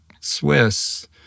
Swiss